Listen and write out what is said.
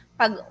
pag